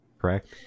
correct